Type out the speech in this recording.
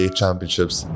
championships